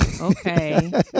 Okay